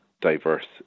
diverse